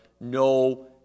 no